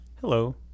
Hello